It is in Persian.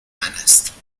هست